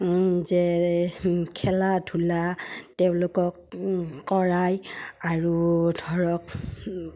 যে খেলা ধূলা তেওঁলোকক কৰাই আৰু ধৰক